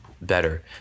Better